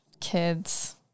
kids